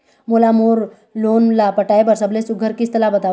मोला मोर लोन ला पटाए बर सबले सुघ्घर किस्त ला बताव?